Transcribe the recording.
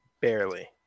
barely